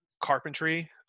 carpentry